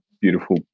beautiful